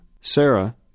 Sarah